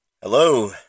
Hello